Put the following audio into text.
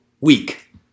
week